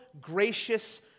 gracious